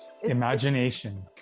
Imagination